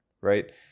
right